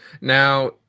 now